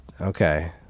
okay